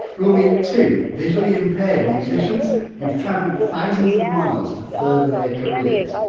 we'll meet two visually impaired musicians who've travelled thousands of miles to further their careers.